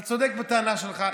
אתה צודק בטענה שלך.